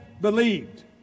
believed